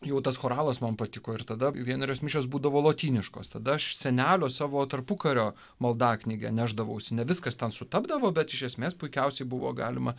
jau tas choralas man patiko ir tada vienerios mišios būdavo lotyniškos tada aš senelio savo tarpukario maldaknygę nešdavausi ne viskas ten sutapdavo bet iš esmės puikiausiai buvo galima